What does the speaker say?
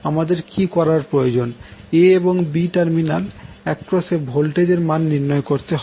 a এবং b terminal অ্যাক্রোশে voltage এর মান নির্ণয় করতে হবে